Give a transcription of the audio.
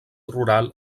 rural